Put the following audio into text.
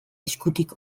eskutik